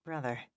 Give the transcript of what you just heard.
brother